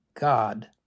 God